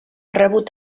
rebut